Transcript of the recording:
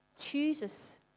chooses